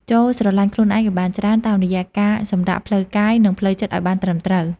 ចូរស្រឡាញ់ខ្លួនឯងឱ្យបានច្រើន តាមរយៈការសម្រាកផ្លូវកាយ និងផ្លូវចិត្តឱ្យបានត្រឹមត្រូវ។